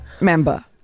member